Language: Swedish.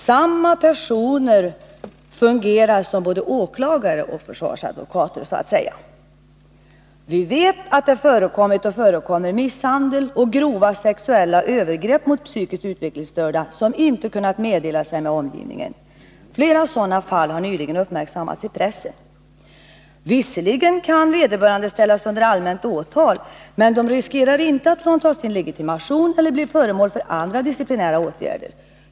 Samma personer fungerar så att säga både som åklagare och som försvarsadvokater. Vi vet att det förekommit — och förekommer — misshandel och grova sexuella övergrepp mot psykiskt utvecklingsstörda, som inte kunnat meddela sig med omgivningen. Flera sådana fall har nyligen uppmärksammats i pressen. Visserligen kan den skyldige ställas under allmänt åtal, men vederbörande riskerar inte att fråntas sin legitimation eller bli föremål för andra disciplinära åtgärder.